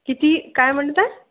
किती काय म्हणता